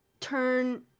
turn